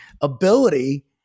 ability